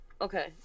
okay